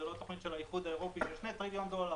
זו לא תוכנית של האיחוד האירופי של 2 טריליון דולר,